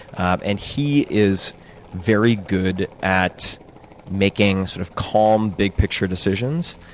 and he is very good at making sort of calm, big picture decisions,